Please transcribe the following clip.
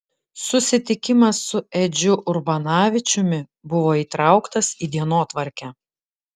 susitikimas su edžiu urbanavičiumi buvo įtrauktas į dienotvarkę